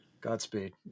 Godspeed